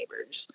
neighbor's